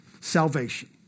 Salvation